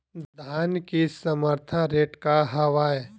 धान के समर्थन रेट का हवाय?